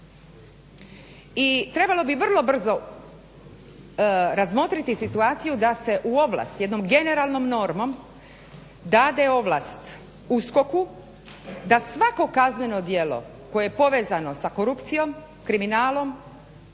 I trebalo bi vrlo brzo razmotriti situaciju da se u ovlast jednom generalnom normom dade ovlast USKOK-u da svako kazneno djelo koje je povezano sa korupcijom, kriminalom,